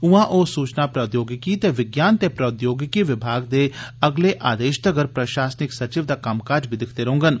उआं ओ सूचना प्राद्योगिकी विज्ञान ते प्रोद्योगिकी विभाग दे अगले आदेष तगर प्रषासनिक सचिव दा कम्मकाज बी दिक्खदे रौंह्गन